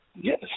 Yes